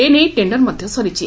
ଏ ନେଇ ଟେଣ୍ଡର ମଧ୍ଧ ସରିଛି